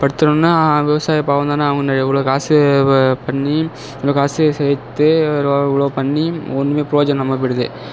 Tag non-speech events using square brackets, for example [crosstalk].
படுத்தோன்ன விவசாயி பாவந்தானே அவங்க எவ்வளோ காசு வ பண்ணி அந்த காசை சேர்த்து [unintelligible] இவ்வளோ பண்ணி ஒன்றுமே புரயோஜனம் இல்லாம போய்விடுது